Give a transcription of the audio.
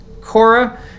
Cora